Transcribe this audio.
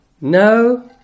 no